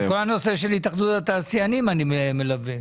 את כל הנושא של התאחדות התעשיינים אני מלווה.